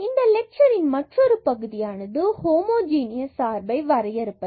இந்த லெட்சரின் மற்றொரு பகுதியானது ஹோமோஜனியஸ் சார்பை வரையறுப்பது